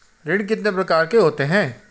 ऋण कितने प्रकार के होते हैं?